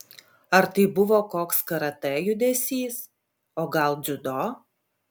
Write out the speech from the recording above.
ar tai buvo koks karatė judesys o gal dziudo